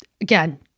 again